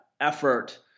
effort